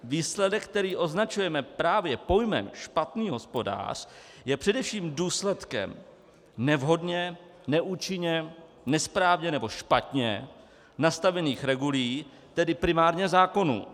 Výsledek, který označujeme právě pojmem špatný hospodář, je především důsledkem nevhodně, neúčinně, nesprávně nebo špatně nastavených regulí, tedy primárně zákonů.